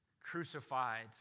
crucified